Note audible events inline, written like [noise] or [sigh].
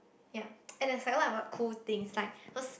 ya [noise] as I like about cool things like those